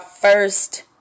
first